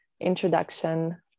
introduction